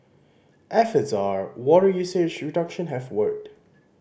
efforts are water usage reduction have worked